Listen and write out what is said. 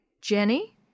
Jenny